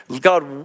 God